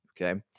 Okay